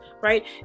right